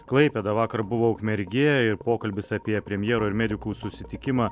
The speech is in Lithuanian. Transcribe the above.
klaipėda vakar buvo ukmergė ir pokalbis apie premjero ir medikų susitikimą